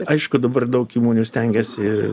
aišku dabar daug įmonių stengiasi